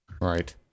right